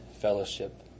fellowship